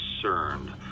concerned